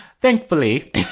thankfully